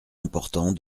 important